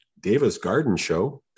DavisGardenshow